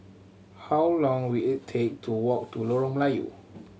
how long will it take to walk to Lorong Melayu